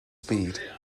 speed